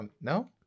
no